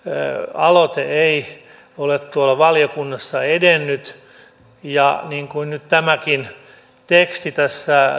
aloite ei ole valiokunnassa edennyt niin kuin nyt tämäkin teksti tässä